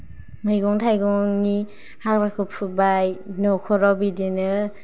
मैग थाइगंनि हाग्राखौ फुबाय नखराव बिदिनो